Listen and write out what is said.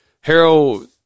Harold